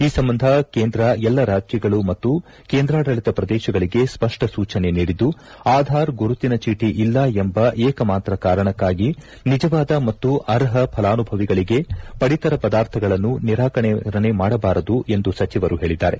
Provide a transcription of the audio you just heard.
ಈ ಸಂಬಂಧ ಕೇಂದ್ರ ಎಲ್ಲ ರಾಜ್ಯಗಳು ಮತ್ತು ಕೇಂದ್ರಾಡಳಿತ ಪ್ರದೇಶಗಳಿಗೆ ಸ್ಪಷ್ಟ ಸೂಚನೆ ನೀಡಿದ್ದು ಆಧಾರ್ ಗುರುತಿನ ಚೀಟಿ ಇಲ್ಲ ಎಂಬ ಏಕ ಮಾತ್ರ ಕಾರಣಕ್ಕಾಗಿ ನಿಜವಾದ ಮತ್ತು ಅರ್ಪ ಫಲಾನುಭವಿಗಳಿಗೆ ಪಡಿತರ ಪದಾರ್ಥಗಳನ್ನು ನಿರಾಕರಣೆ ಮಾಡಬಾರದು ಎಂದು ಸಚಿವರು ಹೇಳಿದ್ದಾರೆ